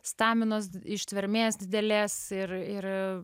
staminos ištvermės didelės ir ir